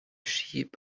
sheep